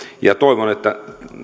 toivon että